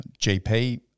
GP